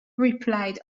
replied